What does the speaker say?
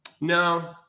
no